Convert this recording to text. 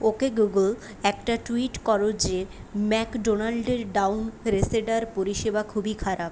ওকে Google একটা tweet কর যে ম্যাকডোনাল্ডের ডাউন রেসেডার পরিষেবা খুবই খারাপ